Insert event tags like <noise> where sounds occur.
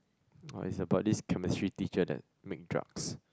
<noise> oh is about this Chemistry teacher that make drugs